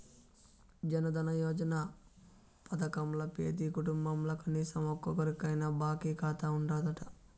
జనదన యోజన పదకంల పెతీ కుటుంబంల కనీసరం ఒక్కోరికైనా బాంకీ కాతా ఉండాదట